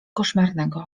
koszmarnego